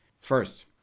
First